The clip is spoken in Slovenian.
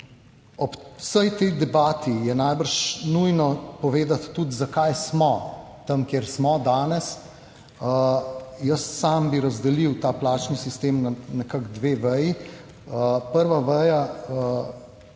Ob vsej tej debati je najbrž nujno povedati tudi zakaj smo tam, kjer smo danes. Jaz sam bi razdelil ta plačni sistem nekako na dve veji. Prva veja kjer